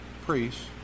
priests